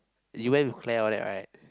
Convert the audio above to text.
you went with Claire all that right